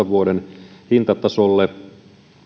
vuoden kaksituhattakolmetoista hintatasolle